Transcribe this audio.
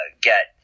get